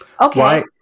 okay